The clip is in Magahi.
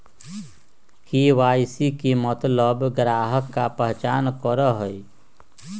के.वाई.सी के मतलब ग्राहक का पहचान करहई?